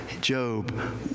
Job